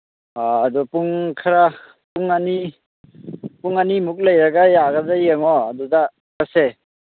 ꯑꯥ ꯑꯗꯨ ꯄꯨꯡ ꯈꯔ ꯄꯨꯡ ꯑꯅꯤ ꯄꯨꯡ ꯑꯅꯤꯃꯨꯛ ꯂꯩꯔꯒ ꯌꯥꯒꯗ꯭ꯔꯥ ꯌꯦꯡꯉꯣ ꯑꯗꯨꯗ ꯆꯠꯁꯦ